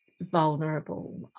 vulnerable